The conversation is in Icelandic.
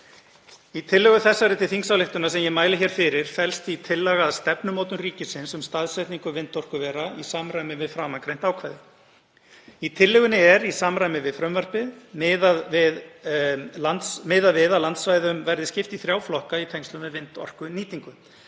Í tillögu þessari til þingsályktunar sem ég mæli hér fyrir felst því tillaga að stefnumótun ríkisins um staðsetningu vindorkuvera í samræmi við framangreint ákvæði. Í tillögunni er, í samræmi við frumvarpið, miðað við að landsvæðum verði skipt í þrjá flokka í tengslum við vindorkunýtingu.